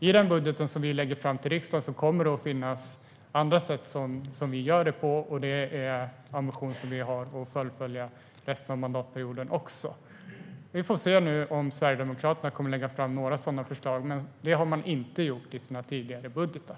I den budget som vi lägger fram för riksdagen kommer det att finnas andra sätt som vi gör det på. Det är en ambition som vi har att fullfölja också under resten av mandatperioden. Vi får se nu om Sverigedemokraterna kommer att lägga fram några sådana förslag, men det har man inte gjort i sina tidigare budgetar.